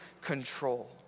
control